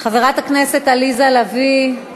חברת הכנסת עליזה לביא,